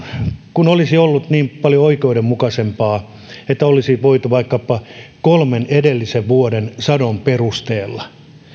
kun olisi ollut niin paljon oikeudenmukaisempaa että olisi voitu vaikkapa kolmen edellisen vuoden sadon perusteella